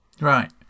right